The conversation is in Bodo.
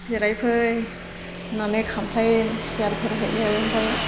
जिराय फै होननानै खामफ्लाय सियारफोर होयो ओमफाय